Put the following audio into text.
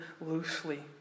loosely